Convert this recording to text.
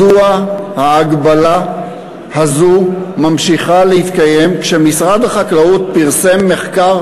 מדוע ההגבלה הזאת ממשיכה להתקיים כשמשרד החקלאות פרסם מחקר